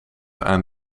aan